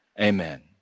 Amen